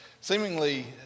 seemingly